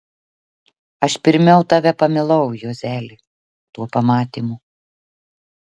aš pirmiau tave pamilau juozeli tuo pamatymu